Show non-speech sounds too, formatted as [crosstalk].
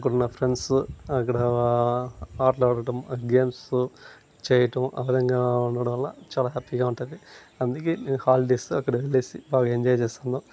కున్న ఫ్రెండ్స్ అక్కడ ఆటలాడటం ఆ గేమ్స్ చేయడం [unintelligible] చాలా హ్యాపీగా ఉంటుంది చాలా అందుకే నేను హాలిడేస్ అక్కడ వెళ్ళేసి బాగా ఎంజాయ్ చేస్తాను